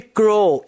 grow